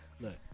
look